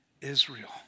Israel